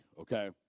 okay